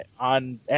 on